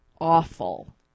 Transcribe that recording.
awful